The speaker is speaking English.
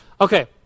Okay